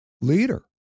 leader